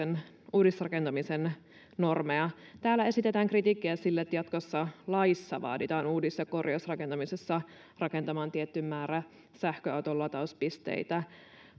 uudisrakentamisen normeja täällä esitetään kritiikkiä sille että jatkossa laissa vaaditaan uudis ja korjausrakentamisessa rakentamaan tietty määrä sähköauton latauspisteitä